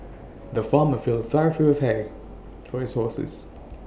the farmer filled full of hay for his horses